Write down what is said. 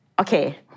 Okay